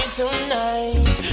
tonight